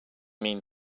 mean